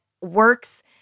works